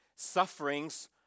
Sufferings